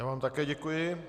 Já vám také děkuji.